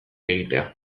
egitea